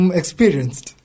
experienced